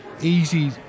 easy